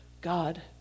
God